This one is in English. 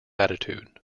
attitude